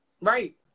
Right